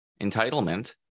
entitlement